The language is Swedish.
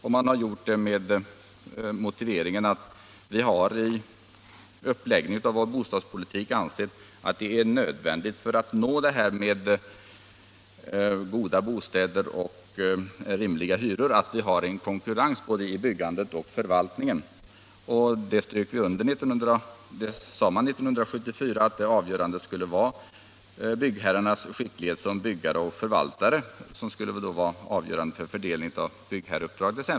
Det har gjorts med moti veringen att om man skall få goda bostäder till rimliga hyror måste det Nr 101 finnas konkurrens både i byggandet och i förvaltningen. 1974 sade ut Torsdagen den skottet att byggherrarnas skicklighet som byggare och förvaltare skulle 31 mars 1977 vara avgörande för fördelningen av byggherreuppdrag.